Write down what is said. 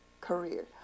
career